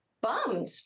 bummed